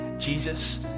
Jesus